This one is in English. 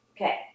Okay